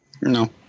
No